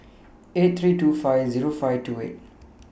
eight three two five Zero five two eight